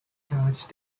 charge